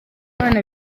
abana